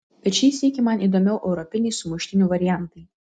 bet šį sykį man įdomiau europiniai sumuštinių variantai